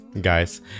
guys